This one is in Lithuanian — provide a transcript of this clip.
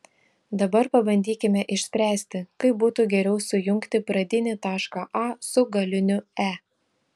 dabar pabandykime išspręsti kaip būtų geriau sujungti pradinį tašką a su galiniu e